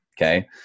Okay